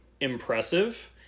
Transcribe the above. impressive